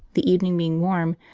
the evening being warm,